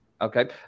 Okay